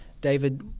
David